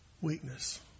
weakness